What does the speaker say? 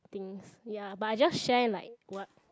things ya but I just share like what